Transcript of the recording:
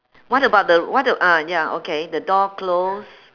what about the what a~ ah ya okay the door close